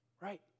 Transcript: right